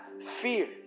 fear